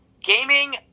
gaming